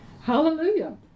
Hallelujah